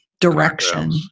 direction